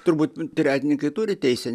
turbūt tretininkai turi teisę